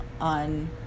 on